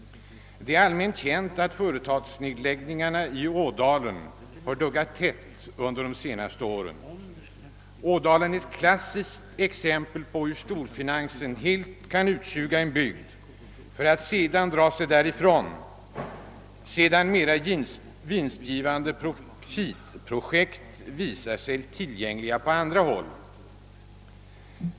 Det är allmänt känt att företagsnedläggningarna i Ådalen under de senaste åren har duggat tätt. Ådalen är ett klassiskt exempel på hur storfinansen helt kan utsuga en bygd för att dra sig därifrån sedan mera vinstgivande profitprojekt visat sig tillgängliga på andra håll.